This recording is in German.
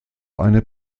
eine